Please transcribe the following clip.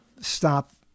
stop